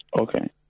Okay